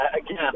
Again